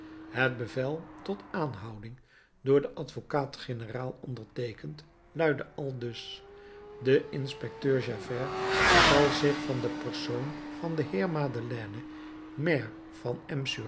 het bevel tot aanhouding door den advocaat-generaal onderteekend luidde aldus de inspecteur javert zal zich van den persoon van den heer madeleine maire van